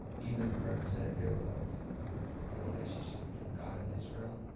even representative of a relationship between god and israel.